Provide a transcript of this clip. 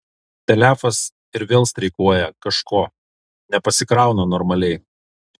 telefas ir vėl streikuoja kažko nepasikrauna normaliai